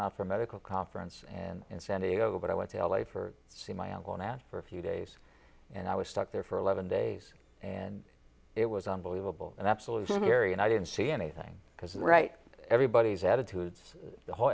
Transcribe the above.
for medical conference in san diego but i went to l a for see my uncle and asked for a few days and i was stuck there for eleven days and it was unbelievable an absolute here and i didn't see anything because right everybody's attitudes the whole